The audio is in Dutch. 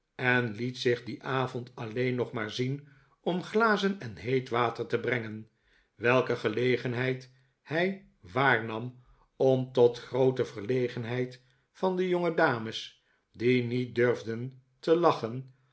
en liet zich dien avond alleen nog maar zien om glazen en heet water te brengen welke gelegenheid hij waarnam om tot groote verlegenheid van de jongedames die niet durfden te lachen